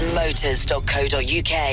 motors.co.uk